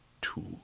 two